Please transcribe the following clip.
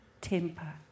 temper